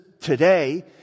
today